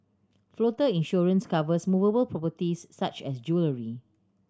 floater insurance covers movable properties such as jewellery